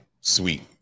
sweet